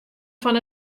fan